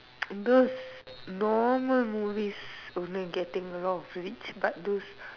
those normal movies are now getting a lot of reach but those